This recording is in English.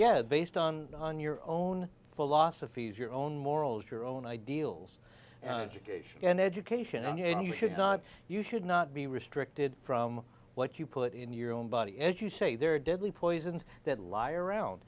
yeah based on on your own philosophies your own morals your own ideals and education and you should not you should not be restricted from what you put in your own body as you say there are deadly poisons that lie around